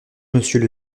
monsieur